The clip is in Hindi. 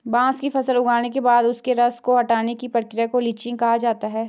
बांस की फसल उगने के बाद उसके रस को हटाने की प्रक्रिया को लीचिंग कहा जाता है